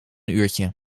uurtje